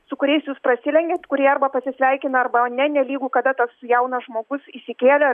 su kuriais jūs prasilenkiat kurie arba pasisveikina arba ne nelygu kada tas jaunas žmogus įsikėlė